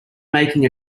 making